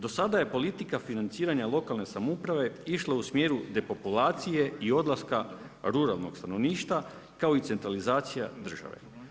Do sada je politika financiranja lokalne samouprave išla u smjeru depopulacije i odlaska ruralnog stanovništva kao i centralizacija države.